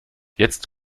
jetzt